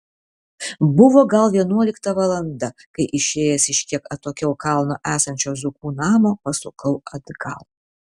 buvo gal vienuolikta valanda kai išėjęs iš kiek atokiau kalno esančio zukų namo pasukau atgal